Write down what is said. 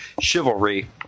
chivalry